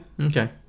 okay